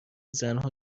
زنها